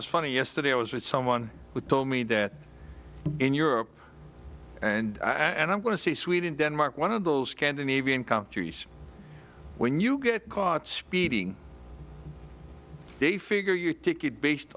was funny yesterday i was with someone who told me that in europe and i'm going to say sweden denmark one of those scandinavian countries when you get caught speeding they figure your ticket based